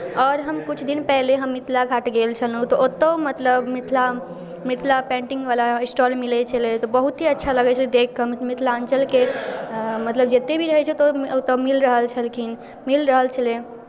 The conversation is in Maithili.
आओर हम किछु दिन पहिले हम मिथिला हाट गेल छलहुँ तऽ ओतहु मतलब मिथिला मिथिला पेन्टिंगवला स्टोल मिलै छलै तऽ बहुत ही अच्छा लगै छलै देखि कऽ मिथिलाञ्चलके मतलब जतेक भी रहै छै ओतय मिल रहल छलखिन मिल रहल छलए